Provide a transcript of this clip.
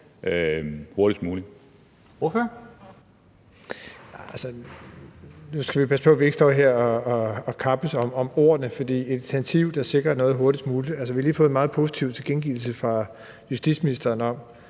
Bruus (S): Nu skal vi passe på, at vi ikke står her og kappes om ordene i forhold til et initiativ, der sikrer noget hurtigst muligt. Altså, vi har lige fået en meget positiv tilkendegivelse fra justitsministeren om